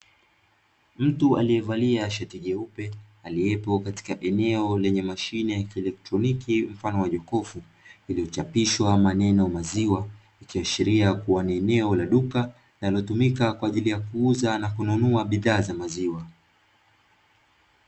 Mtu aliyevalia shati jeupe, aliyepo katika eneo lenye mashine ya kielektroniki mfano wa jokofu, iliyochapishwa maneno "maziwa" ikiashiria kuwa ni eneo la duka, linalotumika kwa ajili ya kuuza na kununua bidhaa za maziwa.